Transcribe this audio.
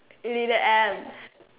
leader M